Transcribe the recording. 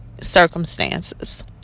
circumstances